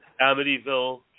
Amityville